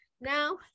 now